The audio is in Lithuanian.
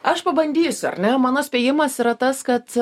aš pabandysiu ar ne mano spėjimas yra tas kad